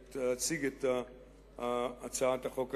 להציג את הצעת החוק הזאת.